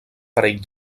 parell